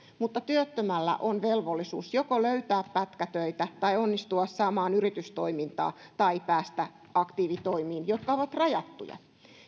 mutta työttömällä on velvollisuus joko löytää pätkätöitä tai onnistua saamaan yritystoimintaa tai päästä aktiivitoimiin jotka ovat rajattuja